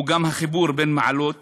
הוא גם החיבור בין מעלות